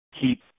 keep